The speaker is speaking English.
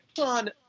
on